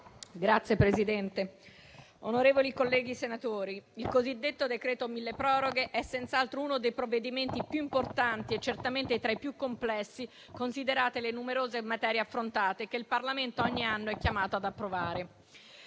Signor Presidente, onorevoli colleghi senatori, il cosiddetto decreto-legge milleproroghe è senz'altro uno dei provvedimenti più importanti e certamente tra i più complessi, considerate le numerose materie affrontate che il Parlamento ogni anno è chiamato ad approvare.